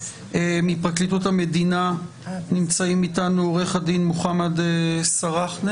מפרקליטות המדינה נמצאים איתנו עורך הדין מוחמד סראחנה